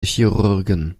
chirurgen